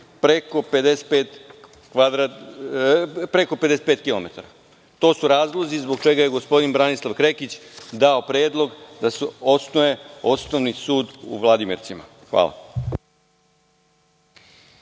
preko 55 kilometara. To su razlozi zbog čega je gospodin Branislav Krekić dao predlog da se osnuje osnovni sud u Vladimircima. Hvala.